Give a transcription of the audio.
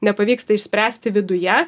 nepavyksta išspręsti viduje